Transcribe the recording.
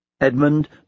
Edmund